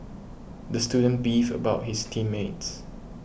the student beefed about his team mates